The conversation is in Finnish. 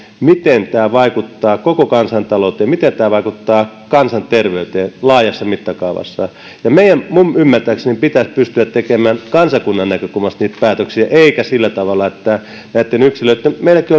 miten tämä vaikuttaa koko kansantalouteen miten tämä vaikuttaa kansanterveyteen laajassa mittakaavassa meidän minun ymmärtääkseni pitäisi pystyä tekemään kansakunnan näkökulmasta niitä päätöksiä eikä näitten yksilöitten meilläkin